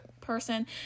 person